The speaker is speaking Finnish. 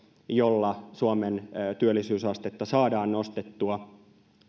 jolla suomen työllisyysastetta saadaan nostettua